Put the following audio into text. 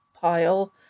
pile